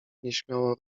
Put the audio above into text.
nieśmiało